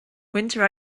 winter